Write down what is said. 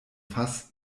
fass